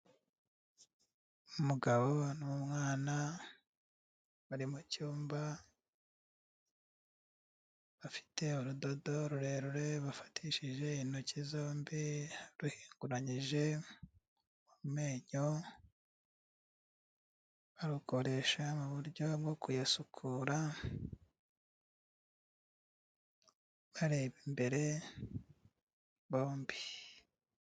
Umugabo n'umwana bari mu cyumba, bafite urudodo rurerure bafatishije intoki zombi ruhinguranyije mu menyo, barukoresha mu buryo bwo kuyasukura, bareba imbere bombi.